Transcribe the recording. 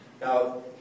Now